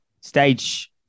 Stage